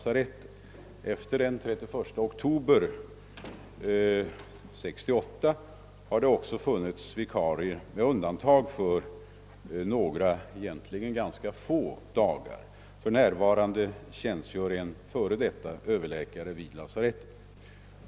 Också efter den 31 oktober 1968 har det, med undantag för några rätt få dagar, funnits en vikarie. För närvarande tjänstgör en f.d. överläkare vid lasarettet.